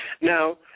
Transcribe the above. Now